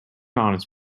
honest